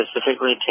specifically